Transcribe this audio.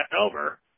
over